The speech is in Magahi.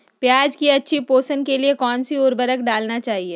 प्याज की अच्छी पोषण के लिए कौन सी उर्वरक डालना चाइए?